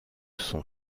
son